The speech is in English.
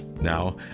Now